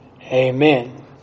Amen